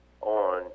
on